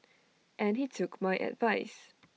and he took my advice